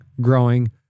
growing